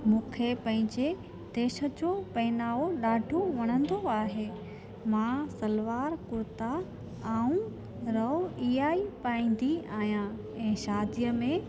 मूंखे पंहिंजे देश जो पहिनावो ॾाढो वणंदो आहे मां सलवार कुर्ता ऐं रओ इहा ई पाईंदी आहियां ऐं शादीअ में